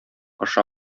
аша